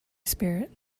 spirit